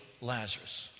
Lazarus